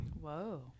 Whoa